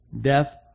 death